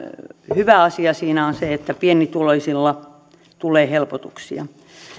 hyvä asia siinä on se että pienituloisille tulee helpotuksia